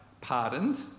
pardoned